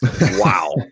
Wow